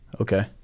Okay